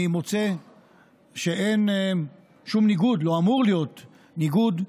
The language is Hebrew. אני מוצא שאין שום ניגוד, לא אמור להיות ניגוד,